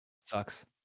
sucks